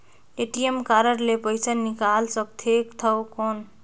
ATM card ले पइसा निकाल सकथे थव कौन?